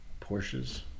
Porsches